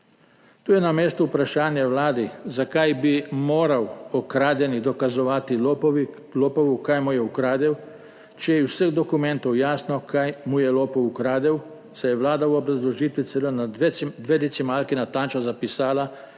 Tu je na mestu vprašanje vladi. Zakaj bi moral okradeni dokazovati lopovu, kaj mu je ukradel, če je iz vseh dokumentov jasno, kaj mu je lopov ukradel, saj je vlada v obrazložitvi celo na dve decimalki natančno zapisala,